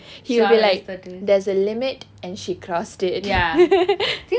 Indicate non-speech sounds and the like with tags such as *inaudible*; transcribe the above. he'll be like there's a limit and she crossed it *laughs*